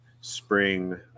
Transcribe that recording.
spring